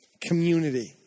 community